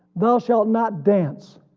thou shalt not dance,